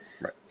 right